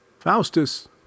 Faustus